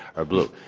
are blue.